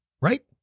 Right